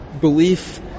belief